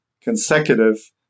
consecutive